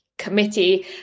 committee